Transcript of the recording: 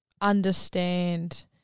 understand